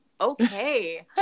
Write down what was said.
Okay